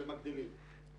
ומגדילים.